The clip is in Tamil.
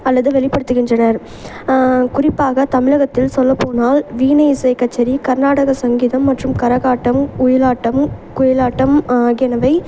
அல்லது வெளிப்படுத்துகின்றனர் குறிப்பாக தமிழகத்தில் சொல்லப்போனால் வீணை இசைக் கச்சேரி கர்நாடக சங்கீதம் மற்றும் கரகாட்டம் ஒயிலாட்டம் குயிலாட்டம் ஆகியனவை